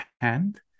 hand